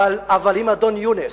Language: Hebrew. אבל אם אדון יונס,